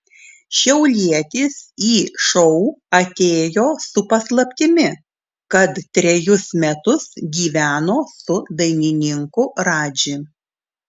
šiaulietis į šou atėjo su paslaptimi kad trejus metus gyveno su dainininku radži